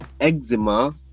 eczema